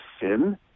sin